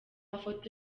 mafoto